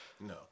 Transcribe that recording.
No